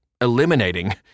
eliminating